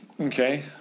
Okay